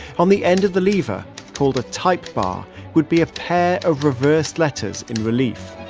on the end of the lever called a typed bar would be a pair of reverse letters in relief.